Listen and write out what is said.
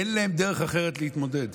אין להם דרך אחרת להתמודד.